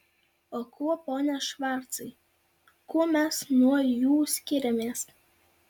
o kuo pone švarcai kuo mes nuo jų skiriamės